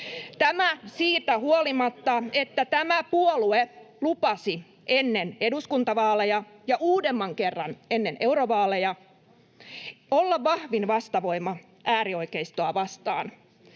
Tämä siitä huolimatta, että tämä puolue lupasi ennen eduskuntavaaleja ja uudemman kerran ennen eurovaaleja olla vahvin vastavoima äärioikeistoa vastaan.